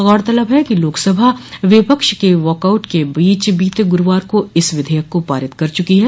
गौरतलब है कि लोकसभा विपक्ष के वाक आउट के बीच बीते गुरूवार को इस विधेयक को पारित कर चकी है